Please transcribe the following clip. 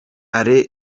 alain